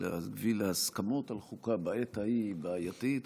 להביא להסכמות על חוקה בעת ההיא היא בעייתית,